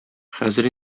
хәзер